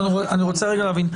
אני רוצה רגע להבין.